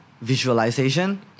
visualization